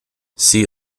see